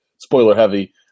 spoiler-heavy